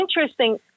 interesting